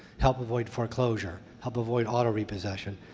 help avoid foreclosure, help avoid auto repossession.